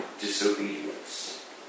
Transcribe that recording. disobedience